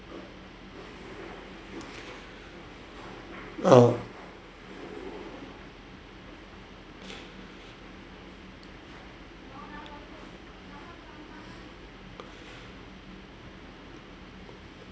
uh